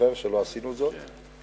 זוכר שלא עשינו זאת,